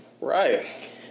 Right